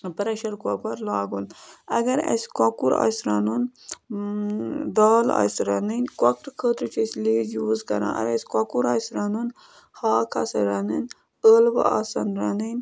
pressure cooker لاگُن اگر اَسہِ کۄکُر آسہِ رَنُن دال آسہِ رَنٕنۍ کۄکرٕ خٲطرٕ چھِ أسۍ لیٚج یوٗز کَران اگر اَسہِ کۄکُر آسہِ رَنُن ہاکھ آسہِ رَنٕنۍ ٲلوٕ آسَن رَنٕنۍ